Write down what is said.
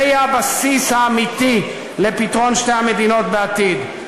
זה יהיה בסיס האמיתי לפתרון שתי המדינות בעתיד.